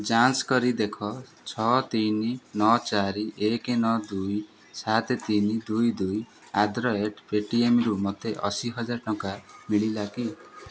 ଯାଞ୍ଚ କରି ଦେଖ ଛଅ ତିନି ନଅ ଚାରି ଏକ ନଅ ଦୁଇ ସାତ ତିନି ଦୁଇ ଦୁଇ ଆଟ୍ ଦ ରେଟ୍ ପେଟିଏମ୍ରୁ ମୋତେ ଅଶୀହଜାର ଟଙ୍କା ମିଳିଲା କି